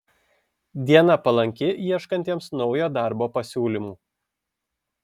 diena palanki ieškantiems naujo darbo pasiūlymų